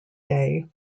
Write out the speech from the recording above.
day